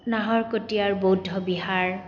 নাহৰকটীয়াৰ বৌদ্ধ বিহাৰ